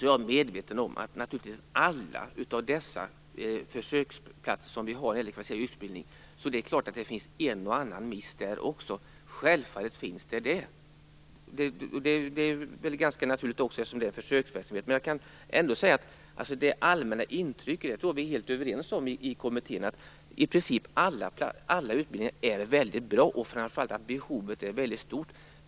Jag är medveten om att det beträffande alla försöksplatserna för kvalificerad utbildning naturligtvis har gjorts en och annan miss. Det är väl ganska naturligt, eftersom det är fråga om en försöksverksamhet. Jag tror att vi i kommittén är helt överens om att i princip alla utbildningar är mycket bra och framför allt om att behovet är väldigt stort.